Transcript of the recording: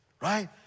right